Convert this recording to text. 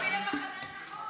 תצטרפי למחנה הנכון.